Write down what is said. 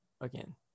Again